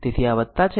તેથી આ છે આ છે